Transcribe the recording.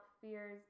fears